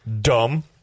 dumb